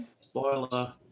Spoiler